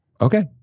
okay